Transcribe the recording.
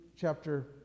chapter